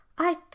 I